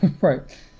right